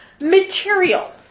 material